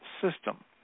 system